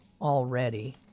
already